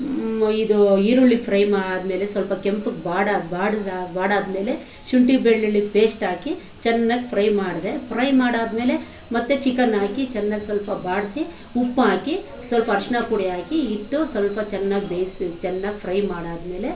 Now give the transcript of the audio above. ಇದು ಈರುಳ್ಳಿ ಫ್ರೈ ಮಾ ಆದಮೇಲೆ ಸ್ವಲ್ಪ ಕೆಂಪಗೆ ಬಾಡಿ ಆ ಬಾಡಿದ ಬಾಡಾದಮೇಲೆ ಶುಂಠಿ ಬೆಳ್ಳುಳ್ಳಿ ಪೇಶ್ಟ್ ಹಾಕಿ ಚೆನ್ನಾಗಿ ಫ್ರೈ ಮಾಡಿದೆ ಫ್ರೈ ಮಾಡಾದಮೇಲೆ ಮತ್ತೆ ಚಿಕನ್ ಹಾಕಿ ಚೆನ್ನಾಗಿ ಸ್ವಲ್ಪ ಬಾಡಿಸಿ ಉಪ್ಪಾಕಿ ಸ್ವಲ್ಪ ಅರಿಶ್ಣ ಪುಡಿ ಹಾಕಿ ಇಟ್ಟು ಸ್ವಲ್ಪ ಚೆನ್ನಾಗಿ ಬೇಯಿಸಿ ಚೆನ್ನಾಗಿ ಫ್ರೈ ಮಾಡಾದಮೇಲೆ